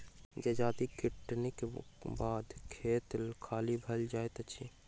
जजाति कटनीक बाद खेत खाली भ जाइत अछि